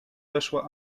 weszła